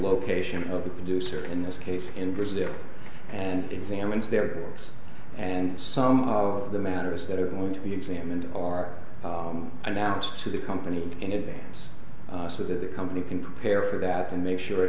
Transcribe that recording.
location of the producer in this case in brazil and examines there and some of the matters that are going to be examined are announced to the company in advance so that the company can prepare for that and make sure it